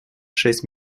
шесть